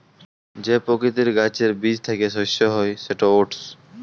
যে পকিতির গাহাচের বীজ থ্যাইকে শস্য হ্যয় সেট ওটস